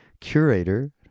curator